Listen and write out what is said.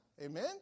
Amen